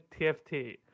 tft